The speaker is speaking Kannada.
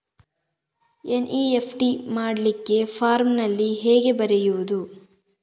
ಎನ್.ಇ.ಎಫ್.ಟಿ ಮಾಡ್ಲಿಕ್ಕೆ ಫಾರ್ಮಿನಲ್ಲಿ ಹೇಗೆ ಬರೆಯುವುದು?